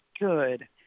Good